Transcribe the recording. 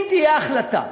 אם תהיה החלטה,